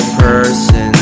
person